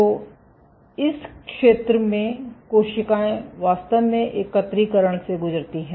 तो इस क्षेत्र में कोशिकाएं वास्तव में एकत्रीकरण से गुजरती हैं